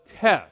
test